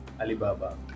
Alibaba